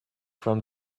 from